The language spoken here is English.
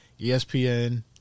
ESPN